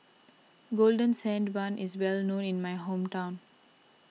Golden Sand Bun is well known in my hometown